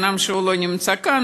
אומנם הוא לא נמצא כאן,